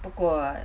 不过